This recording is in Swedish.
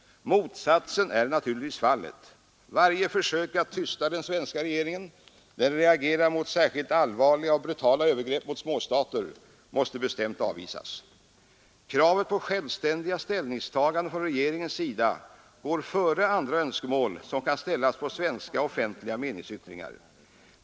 Motsatsen är naturligtvis fallet. Varje försök att tysta den svenska regeringen, när den reagerar mot särskilt allvarliga och brutala övergrepp mot småstater, måste bestämt avvisas. Kravet på självständiga ställningstaganden från regeringens sida går före andra önskemål som kan ställas på svenska offentliga meningsyttringar.